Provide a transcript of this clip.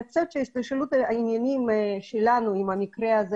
אני חושבת שהשתלשלות העניינים שלנו במקרה הזה